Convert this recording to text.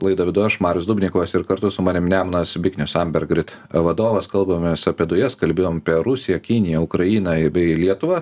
laidą vedu aš marius dubnikovas ir kartu su manim nemunas biknius ambergrit vadovas kalbamės apie dujas kalbėjom apie rusiją kiniją ukrainą bei lietuvą